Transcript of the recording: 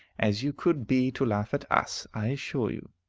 as you could be to laugh at us, i assure you.